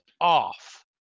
off